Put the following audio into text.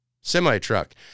semi-truck